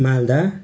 Malda